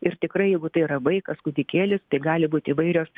ir tikrai jeigu tai yra vaikas kūdikėlis tai gali būt įvairios